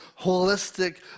holistic